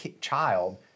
child